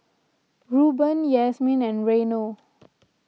Rueben Yasmine and Reino